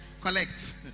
Collect